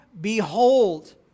behold